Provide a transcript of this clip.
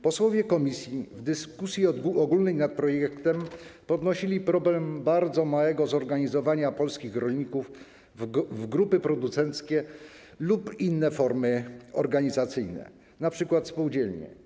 Posłowie komisji w dyskusji ogólnej nad projektem podnosili problem bardzo małego zorganizowania polskich rolników w grupy producenckie lub inne formy organizacyjne, np. spółdzielnie.